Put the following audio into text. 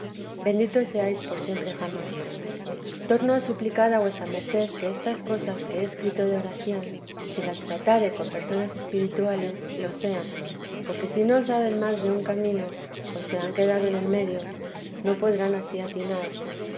bendito seáis por siempre jamás torno a suplicar a vuesa merced que estas cosas que he escrito de oración si las tratare con personas espirituales lo sean porque si no saben más de un camino o se han quedado en el medio no podrán ansí atinar